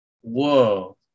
whoa